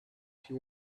she